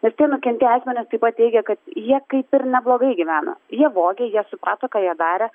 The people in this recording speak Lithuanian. ir tie nukentėję asmenys taip pat teigia kad jie kaip ir neblogai gyvena jie vogė jie suprato ką jie darė